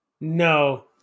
No